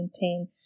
maintain